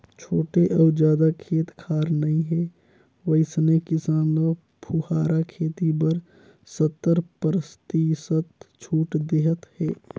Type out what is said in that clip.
छोटे अउ जादा खेत खार नइ हे वइसने किसान ल फुहारा खेती बर सत्तर परतिसत छूट देहत हे